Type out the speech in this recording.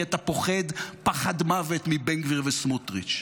אתה פוחד פחד מוות מבן גביר וסמוטריץ'.